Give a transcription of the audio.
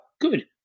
good